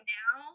now